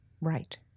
Right